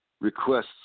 requests